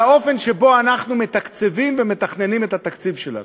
על האופן שבו אנחנו מתקצבים ומתכננים את התקציב שלנו.